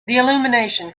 illumination